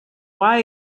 why